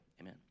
amen